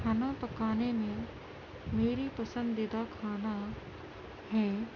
کھانا پکانے میں میری پسندیدہ کھانا ہے